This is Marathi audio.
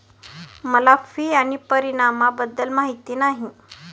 मला फी आणि परिणामाबद्दल माहिती नाही